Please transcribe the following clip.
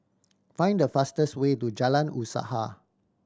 find the fastest way to Jalan Usaha